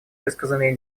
высказанные